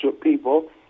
people